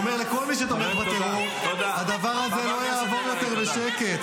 הוא אומר לכל מי שתומך בטרור: הדבר הזה לא יעבור יותר בשקט.